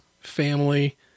family